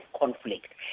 conflict